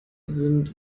sind